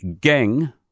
gang